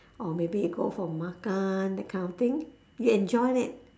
or maybe you go for makan that kind of thing you enjoy it